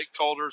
stakeholders